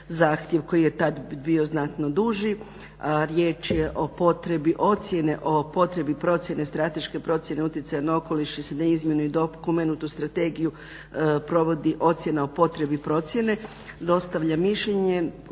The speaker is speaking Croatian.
zahtjev koji je tad bio znatno duži riječ je o potrebi ocjene o potrebi procjene strateške procjene utjecaja na okoliš … strategiju provodi provodi ocjena o potrebi procjene dostavlja mišljenje.